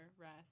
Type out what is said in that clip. rest